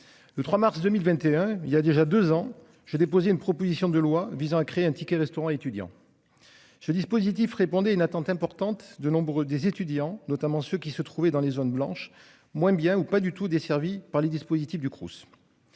Le 3 mars 2021. Il y a déjà 2 ans, j'ai déposé une proposition de loi visant à créer un ticket-restaurant étudiant. Je dispositif répondait à une attente importante de nombreux des étudiants, notamment ceux qui se trouvaient dans les zones blanches moins bien ou pas du tout desservies par les dispositifs du Crous.